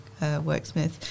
worksmith